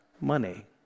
money